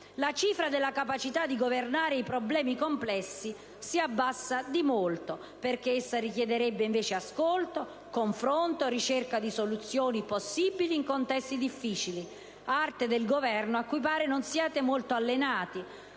la cifra della capacità di governare i problemi complessi si abbassa di molto perché essa richiederebbe invece ascolto, confronto, ricerca di soluzioni possibili in contesti difficili, arte del governo a cui - pare - non siate molto allenati,